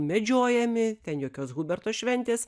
medžiojami ten jokios huberto šventės